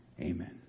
Amen